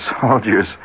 soldiers